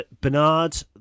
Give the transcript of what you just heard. Bernard